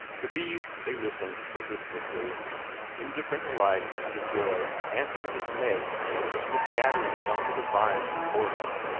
to these they listened but listlessly indifferent alike to the joy and to the dismay which he was scattering among the divines before him.